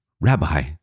Rabbi